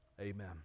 amen